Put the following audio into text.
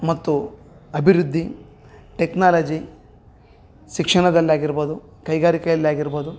ಮತ್ತು ಅಭಿವೃದ್ಧಿ ಟೆಕ್ನಾಲಜಿ ಶಿಕ್ಷಣದಲ್ಲಾಗಿರ್ಬೋದು ಕೈಗಾರಿಕೆಯಲ್ಲಾಗಿರ್ಬೋದು